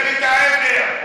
מפלגת העדר.